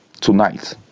tonight